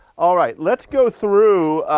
all right, let's go through